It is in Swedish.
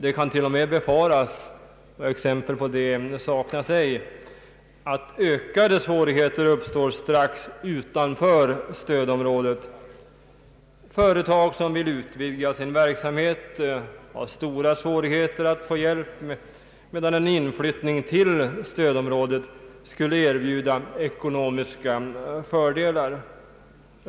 Det kan till och med befaras — exempel på det saknas ej — att ökade svårigheter uppstår strax utanför stödområdet. Företag som vill utvidga sin verksamhet har stora svårigheter att få hjälp, medan en inflyttning till stödområdet skulle erbjuda ekonomiska fördelar.